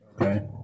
Okay